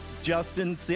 Justin